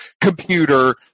computer